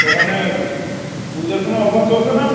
তো ওখানে পুজোর কোনো অফার চলছে না